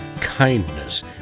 kindness